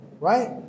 Right